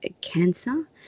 cancer